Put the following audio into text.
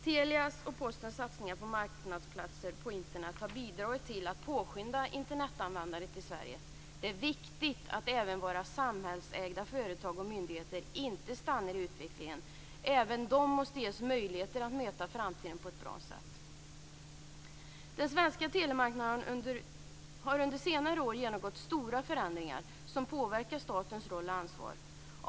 Telias och Postens satsningar på marknadsplatser på Internet har bidragit till att påskynda Internetanvändandet i Sverige. Det är viktigt att även våra samhällsägda företag och myndigheter inte stannar i utvecklingen. Även de måste ges möjligheter att möta framtiden på ett bra sätt. Den svenska telemarknaden har under senare år genomgått stora förändringar som påverkar statens roll och ansvar.